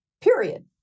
period